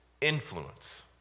influence